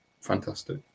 fantastic